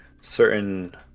Certain